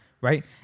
right